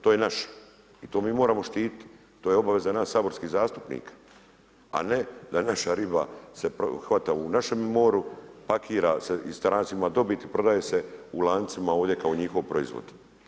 To je naš i to mi moramo štititi, to je obaveza nas saborskih zastupnika, a ne da naša riba se hvata u našem moru, pakira se i strancima dobit prodaje se u lancima ovdje kao njihov proizvod.